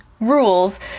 rules